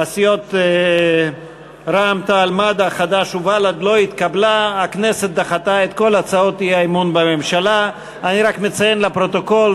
סיעות רע"ם-תע"ל-מד"ע חד"ש בל"ד להביע אי-אמון בממשלה לא נתקבלה.